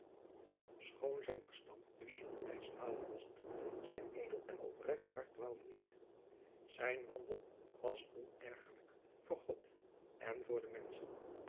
schoon zijn verstand dus somtijds dwalen mocht zijn edel en oprecht hart dwaalde niet zijn wandel was onergerlijk voor god en voor de menschen